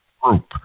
group